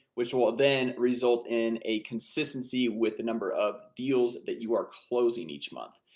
which will then result in a consistency with the number of deals that you are closing each month.